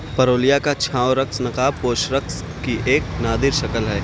پرولیا کا چھاؤں رقص نقاب پوش رقص کی ایک نادر شکل ہے